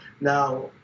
Now